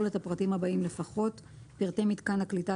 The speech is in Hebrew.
את הפרטים הבאים לפחות: פרטי מיתקן הקליטה,